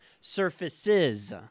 surfaces